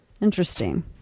Interesting